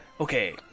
okay